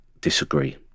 disagree